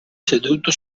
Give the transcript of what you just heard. seduto